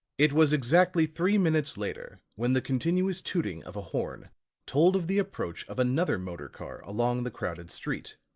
it was exactly three minutes later when the continuous tooting of a horn told of the approach of another motor car along the crowded street.